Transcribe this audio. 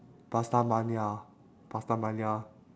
pastamania pastamania